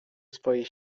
swojej